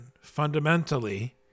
fundamentally